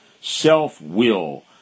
self-will